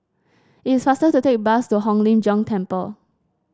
it is faster to take a bus to Hong Lim Jiong Temple